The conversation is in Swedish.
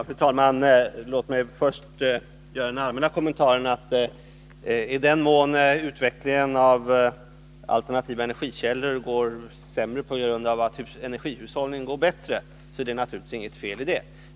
Fru talman! Låt mig först göra den allmänna kommentaren att i den mån utvecklingen av alternativa energikällor går sämre på grund av att energihushållningen är effektivare, så är det naturligtvis inget feli detta.